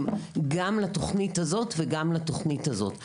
גם לתוכנית הזאת וגם לתוכנית הזאת.